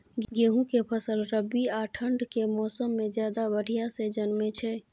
गेहूं के फसल रबी आ ठंड के मौसम में ज्यादा बढ़िया से जन्में छै?